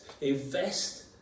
invest